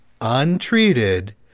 untreated